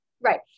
Right